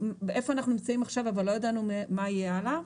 איפה אנחנו נמצאים עכשיו אבל לא ידענו מה יהיה הלאה.